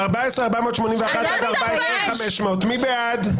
14,381 עד 14,400, מי בעד?